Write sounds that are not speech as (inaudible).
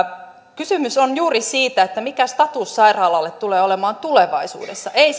kysymys on juuri siitä mikä status sairaalalla tulee olemaan tulevaisuudessa ei (unintelligible)